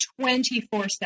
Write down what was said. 24-7